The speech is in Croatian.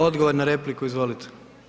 Odgovor na repliku, izvolite.